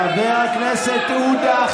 חבר הכנסת עודה.